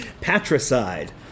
patricide